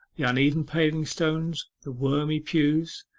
the uneven paving-stones, the wormy pews,